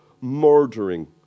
murdering